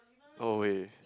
no way